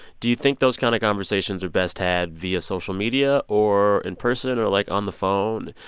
do you think those kind of conversations are best had via social media or in person or, like, on the phone?